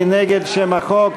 מי נגד שם החוק?